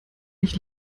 ich